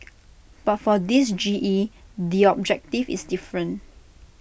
but for this G E the objective is different